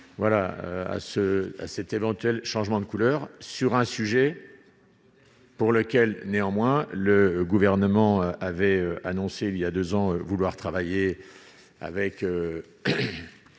voilà à ce à cet éventuel changement de couleur sur un sujet. Pour lequel, néanmoins, le gouvernement avait annoncé il y a 2 ans, vouloir travailler avec